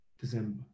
December